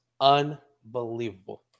unbelievable